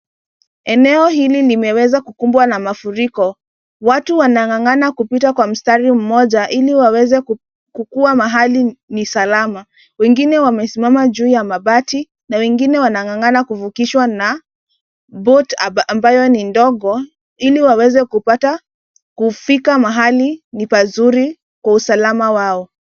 Eneo hili limeweza kukumbwa na mafuriko. Watu wanangangana kupita kwa mstari mmoja ili waweze kukuwa mahali ni salama. Wengine wamesimama juu ya mabati na wengine wanangangana kuvukishwa na boat ambayo ni ndogo ili waweze kupata kufika mahali ni pazuri kwa usalama wao.